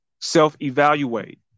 self-evaluate